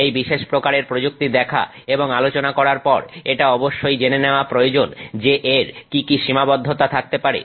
এই বিশেষ প্রকারের প্রযুক্তি দেখা এবং আলোচনা করার পর এটা অবশ্যই জেনে নেওয়া প্রয়োজন যে এর কি কি সীমাবদ্ধতা থাকতে পারে